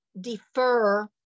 defer